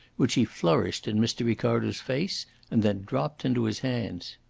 which he flourished in mr. ricardo's face and then dropped into his hands.